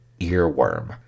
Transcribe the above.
earworm